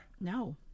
No